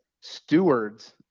stewards